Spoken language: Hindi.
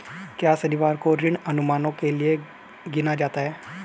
क्या शनिवार को ऋण अनुमानों के लिए गिना जाता है?